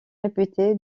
réputé